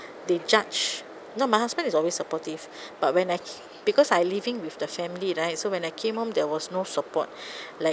they judge no my husband is always supportive but when I because I living with the family right so when I came home there was no support like